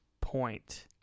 Point